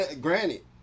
Granted